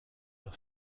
leur